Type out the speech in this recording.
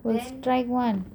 west drive one